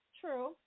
True